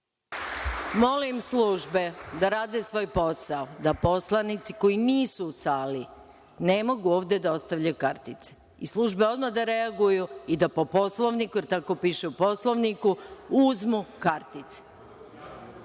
Molim službe da rade svoj posao, da poslanici koji nisu u sali ne mogu ovde da ostavljaju kartice, i službe odmah da reaguju i da po Poslovniku, jer tako piše u Poslovniku, uzmu kartice